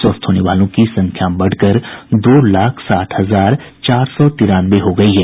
स्वस्थ होने वालों की संख्या बढ़कर दो लाख साठ हजार चार सौ तिरानवे हो गयी है